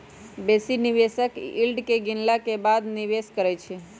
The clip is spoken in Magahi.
बेशी निवेशक यील्ड के गिनला के बादे निवेश करइ छै